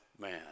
man